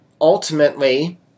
ultimately